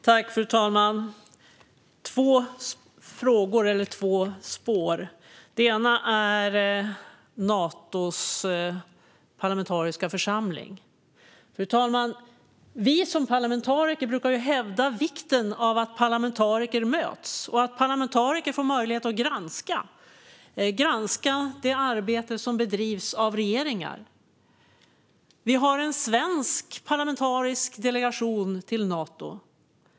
Fru talman! Jag har två frågor, eller kanske två spår, som jag vill ta upp. Det ena spåret handlar om Natos parlamentariska församling. Vi som parlamentariker brukar ju hävda vikten av att parlamentariker möts och att parlamentariker får möjlighet att granska det arbete som bedrivs av regeringar. Vi har en svensk parlamentarisk delegation till Nato.